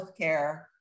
healthcare